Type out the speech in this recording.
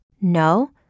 No